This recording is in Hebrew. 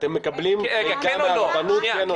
אתם מקבלים מידע מהרבנות, כן או לא?